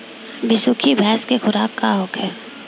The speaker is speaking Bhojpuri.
बिसुखी भैंस के खुराक का होखे?